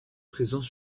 présents